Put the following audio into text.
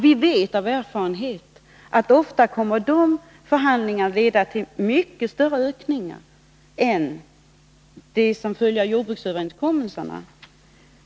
Vi vet av erfarenhet att de förhandlingarna leder till mycket större ökningar än de som följer av jordbruksöverenskommelserna.